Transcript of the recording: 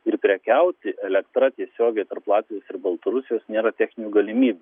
ir prekiauti elektra tiesiogiai tarp latvijos ir baltarusijos nėra techninių galimybių